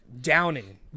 downing